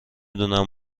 دونم